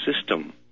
system